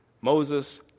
Moses